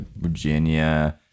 Virginia